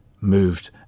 moved